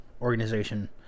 Organization